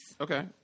Okay